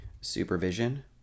supervision